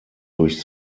durch